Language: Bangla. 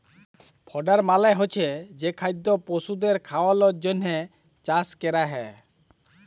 ফডার মালে হচ্ছে যে খাদ্য পশুদের খাওয়ালর জন্হে চাষ ক্যরা হ্যয়